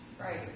Right